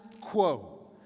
quo